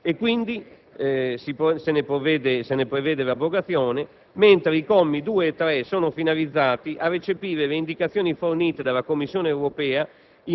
pertanto, se ne prevede l'abrogazione. I commi 2 e 3 sono finalizzati a recepire le indicazioni fornite dalla Commissione europea